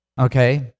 Okay